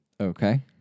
okay